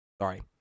sorry